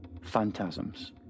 phantasms